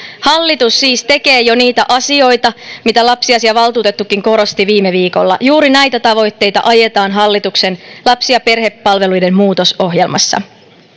hallitus siis tekee jo niitä asioita mitä lapsiasiavaltuutettukin korosti viime viikolla juuri näitä tavoitteita ajetaan hallituksen lapsi ja perhepalveluiden muutosohjelmassa